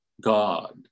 God